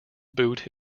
boot